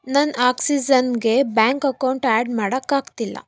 ನನ್ನ ಆಕ್ಸಿಝನ್ಗೆ bank account add ಮಾಡೋಕ್ಕಾಗ್ತಿಲ್ಲ